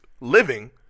living